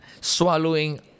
swallowing